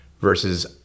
versus